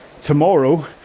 tomorrow